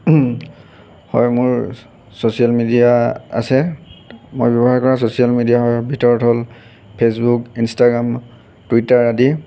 হয় মোৰ social media আছে মই ব্যৱহাৰ কৰা ছ'চিয়েল মেডিয়াৰ ভিতৰত হ'ল ফে'চবুক ইনষ্টাগ্ৰাম টুইটাৰ আদি